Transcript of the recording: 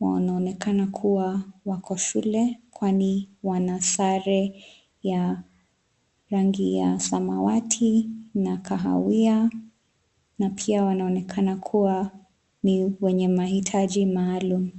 wanaonekana kuwa wako shule kwani wana sare ya rangi ya samawati na kahawia, na pia wanaonekana kuwa ni wenye mahitaji maalum.